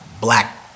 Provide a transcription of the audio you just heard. black